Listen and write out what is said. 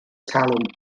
talwm